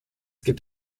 gibt